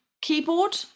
keyboard